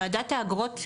וועדת האגרות,